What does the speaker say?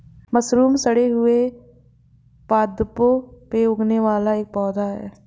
mushroom सड़े हुए पादपों में उगने वाला एक पौधा है